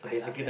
I love that